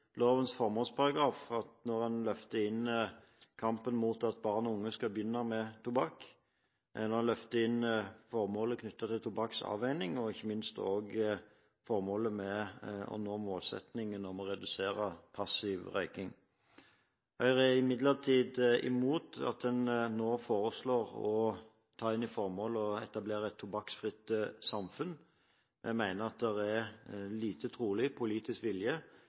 lovens formålsparagraf; man løfter inn kampen mot at barn og unge skal begynne med tobakk, man løfter inn formålet knyttet til tobakksavvenning og ikke minst målsetningen om å redusere passiv røyking. Høyre er imidlertid imot at man nå foreslår å ta inn i formålet å etablere et tobakksfritt samfunn. Vi mener at det lite trolig er politisk vilje